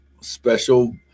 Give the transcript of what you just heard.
special